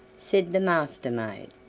said the master-maid.